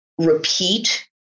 repeat